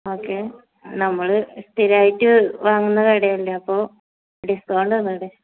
okay നമ്മൾ സ്ഥിരമായിട്ട് വാങ്ങുന്ന കടയല്ലേ അപ്പോൾ ഡിസ്കൗണ്ട് തന്നു കൂടെ